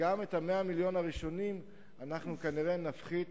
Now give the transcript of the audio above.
שגם את 100 מיליון הקוב הראשונים אנחנו כנראה נפחית